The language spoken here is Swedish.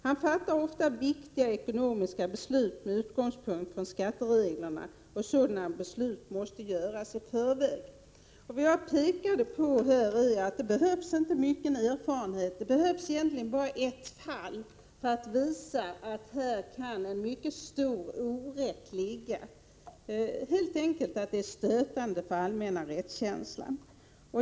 Han fattar ofta viktiga ekonomiska beslut med utgångspunkt från skattereglerna och sådana beslut måste göras i förväg.” Vad jag pekade på var att det inte behövs mycken erfarenhet utan att det räcker med ett enda fall för att visa att det här kan ligga en mycket stor orätt. Det är helt enkelt stötande för den allmänna rättskänslan.